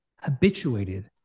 habituated